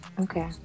okay